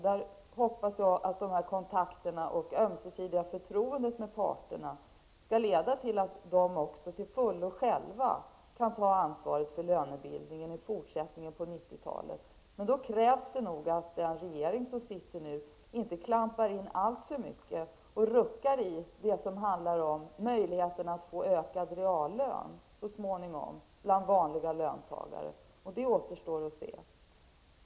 Jag hoppas därför att dessa kontakter och det ömsesidiga förtroendet mellan parterna skall leda till att de själva också till fullo kan ta ansvaret för lönebildningen på 90-talet. Men då krävs det nog att den regering som nu sitter inte klampar in alltför mycket och ruckar på möjligheterna för vanliga löntagare att så småningom få ökad reallön. Det återstår att se.